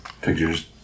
pictures